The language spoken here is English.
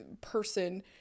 person